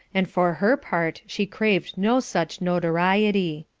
and for her part she craved no such notoriety.